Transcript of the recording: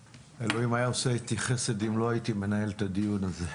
אלוהים היה עושה איתי חסד אם לא הייתי מנהל את הדיון הזה.